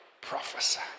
prophesy